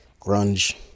grunge